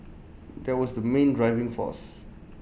that was the main driving force